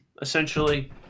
essentially